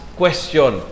question